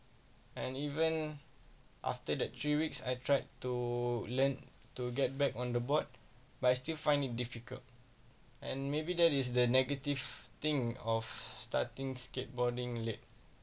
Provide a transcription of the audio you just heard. and even after the three weeks I tried to learn to get back on the board but I still find it difficult and maybe that is the negative thing of starting skateboarding late